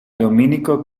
domenico